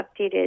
updated